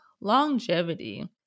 longevity